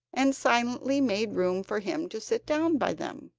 and silently made room for him to sit down by them.